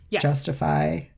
justify